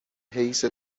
حیث